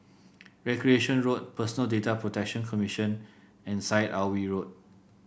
Recreation Road Personal Data Protection Commission and Syed Alwi Road